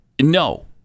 no